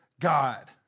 God